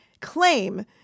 claim